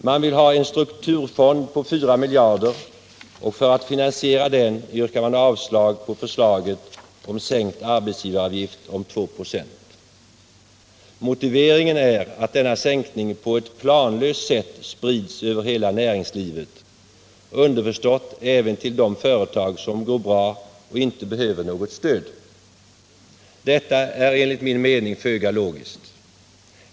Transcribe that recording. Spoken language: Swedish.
Man vill ha en strukturfond på 4 miljarder kronor, och för att finansiera den yrkar man avslag på förslaget om en sänkning av arbetsgivaravgiften med 2 96. Motiveringen är att denna sänkning på ett planlöst sätt sprids över hela näringslivet, underförstått även till de företag som går bra och inte behöver något stöd. Detta är enligt min mening föga logiskt.